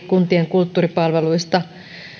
kuntien kulttuuripalveluista